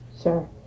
Sure